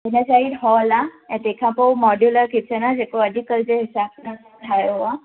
हिन side hole आहे ऐं तंहिं खां पोइ मॉड्युला किथे न अॼु कल्ह जे हिसाब सां ठाहियो आहे